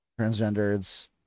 Transgenders